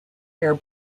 air